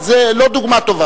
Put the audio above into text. לא-דורה.